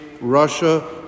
Russia